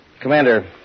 Commander